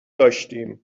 داشتیم